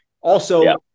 Also-